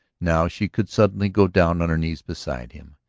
now she could suddenly go down on her knees beside him,